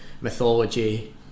mythology